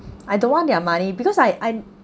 I don't want their money because I I